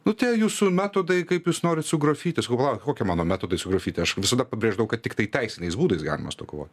nu tie jūsų metodai kaip jūs norit su grafiti sakau pala kokie mano metodai su grafiti aš visada pabrėždavau kad tiktai teisiniais būdais galima su tuo kovot